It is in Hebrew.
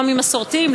לא ממסורתיים,